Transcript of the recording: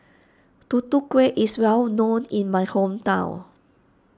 Tutu Kueh is well known in my hometown